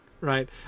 right